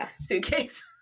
suitcase